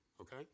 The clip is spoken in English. okay